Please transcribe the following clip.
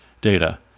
Data